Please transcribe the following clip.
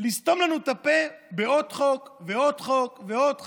לסתום לנו את הפה בעוד חוק ועוד חוק ועוד חוק.